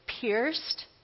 pierced